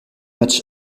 match